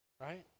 right